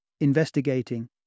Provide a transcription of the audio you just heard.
investigating